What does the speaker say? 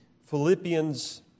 Philippians